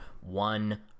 one